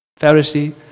Pharisee